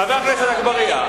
חבר הכנסת אגבאריה,